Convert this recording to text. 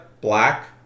black